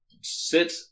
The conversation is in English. Sit